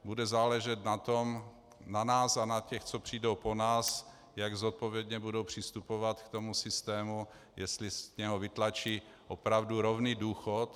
Bude záležet na nás a na těch, co přijdou po nás, jak zodpovědně budou přistupovat k systému, jestli z něho vytlačí opravdu rovný důchod.